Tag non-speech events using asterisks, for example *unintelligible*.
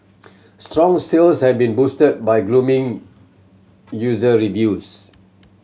strong sales have been boosted by *unintelligible* user reviews